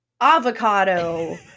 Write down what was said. Avocado